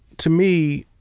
to me,